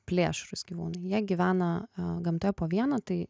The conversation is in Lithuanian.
plėšrūs gyvūnai jie gyvena gamtoj po vieną tai